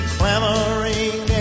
clamoring